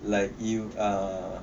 like you are